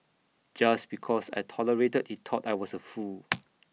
just because I tolerated he thought I was A fool